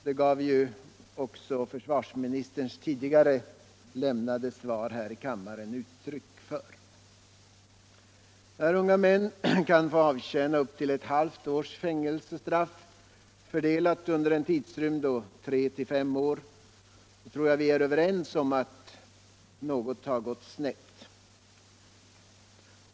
Det gav ju också försvarsministerns tidigare här i kammaren lämnade svar uttryck för. När unga män kan få avtjäna upp till ett halvt års fängelsestraff, fördelat under en tidsrymd av tre-fem år, då tror jag att vi är överens om att något gått snett.